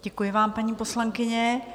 Děkuji vám, paní poslankyně.